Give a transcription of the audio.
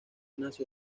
nació